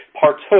partook